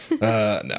no